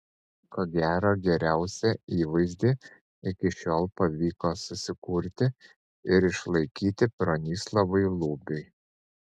ko gero geriausią įvaizdį iki šiol pavyko susikurti ir išlaikyti bronislovui lubiui